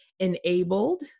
enabled